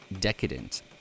decadent